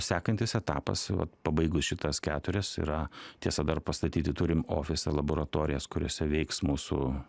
sekantis etapas pabaigus šitas keturias yra tiesa dar pastatyti turim ofisą laboratorijas kuriose veiks mūsų